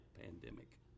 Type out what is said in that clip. pandemic